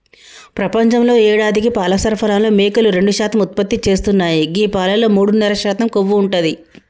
ప్రపంచంలో యేడాదికి పాల సరఫరాలో మేకలు రెండు శాతం ఉత్పత్తి చేస్తున్నాయి గీ పాలలో మూడున్నర శాతం కొవ్వు ఉంటది